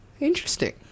interesting